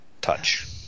touch